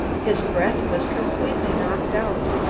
his breath was completely knocked out.